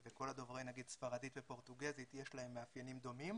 לכל דוברי נגיד ספרדית ופורטוגזית יש מאפיינים דומים